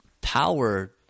power